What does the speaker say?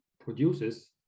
produces